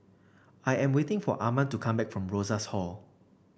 I am waiting for Arman to come back from Rosas Hall